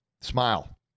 smile